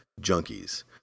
Junkies